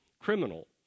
criminal